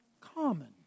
common